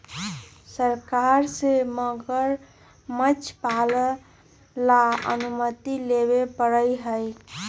सरकार से मगरमच्छ पालन ला अनुमति लेवे पडड़ा हई